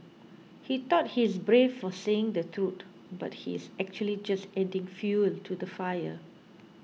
he thought he's brave for saying the truth but he's actually just adding fuel to the fire